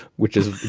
which is